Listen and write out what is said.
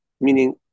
Meaning